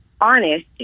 honest